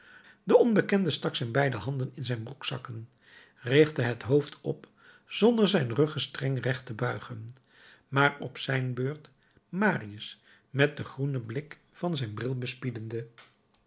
de onbekende stak zijn beide handen in zijn broekzakken richtte het hoofd op zonder zijn ruggestreng recht te buigen maar op zijn beurt marius met den groenen blik van zijn bril